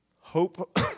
hope